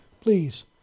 Please